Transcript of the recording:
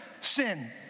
sin